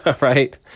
right